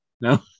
No